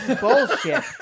Bullshit